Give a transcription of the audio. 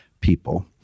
people